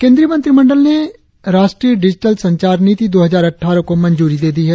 केंद्रीय मंत्रिमंडल ने राष्ट्रीय डिजिटल संचार नीति दो हजार अटठारह को मंजूरी दे दी है